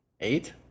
Eight